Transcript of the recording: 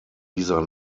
dieser